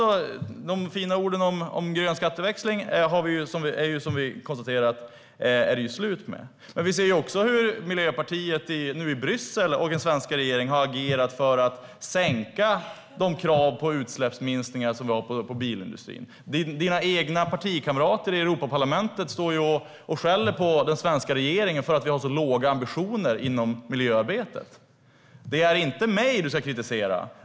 De fina orden om grön skatteväxling är det, som vi konstaterat, slut med. Vi ser också hur Miljöpartiet och den svenska regeringen nu har agerat i Bryssel för att sänka de krav på utsläppsminskningar som vi har på bilindustrin. Dina egna partikamrater i Europaparlamentet står och skäller på den svenska regeringen för att Sverige har så låga ambitioner inom miljöarbetet. Det är inte mig du ska kritisera.